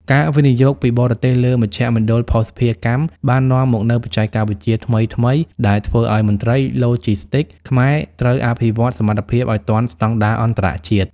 ការវិនិយោគពីបរទេសលើមជ្ឈមណ្ឌលភស្តុភារកម្មបាននាំមកនូវបច្ចេកវិទ្យាថ្មីៗ ដែលធ្វើឱ្យមន្ត្រីឡូជីស្ទីកខ្មែរត្រូវអភិវឌ្ឍសមត្ថភាពឱ្យទាន់ស្តង់ដារអន្តរជាតិ។